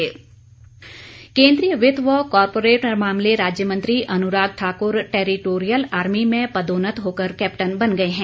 अनराग ठाकर केंद्रीय वित्त व कारपोरेट राज्य मंत्री अनुराग ठाकुर टैरिटोरियल आर्मी में पदोन्नत होकर कैप्टन बन गए हैं